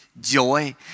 joy